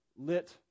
lit